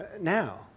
now